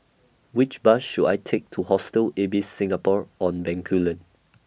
Which Bus should I Take to Hostel Ibis Singapore on Bencoolen